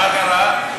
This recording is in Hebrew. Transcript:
מה קרה?